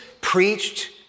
preached